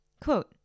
Quote